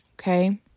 Okay